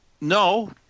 No